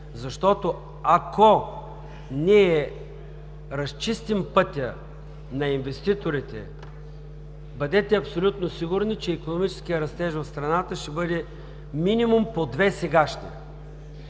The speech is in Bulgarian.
Ако ние разчистим пътя на инвеститорите, бъдете абсолютно сигурни, че икономическият растеж в страната ще бъде сегашният